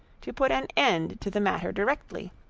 to put an end to the matter directly,